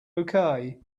okay